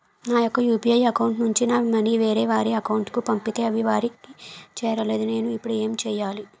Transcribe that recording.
నా యెక్క UPI account నుంచి నా మనీ వేరే వారి అకౌంట్ కు పంపితే అవి వారికి చేరలేదు నేను ఇప్పుడు ఎమ్ చేయాలి?